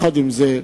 עם זאת,